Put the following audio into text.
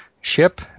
ship